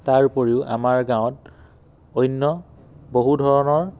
তাৰ উপৰিও আমাৰ গাঁৱত অন্য বহু ধৰণৰ